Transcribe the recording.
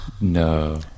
No